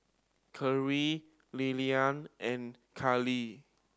Carri Lilliana and Karlee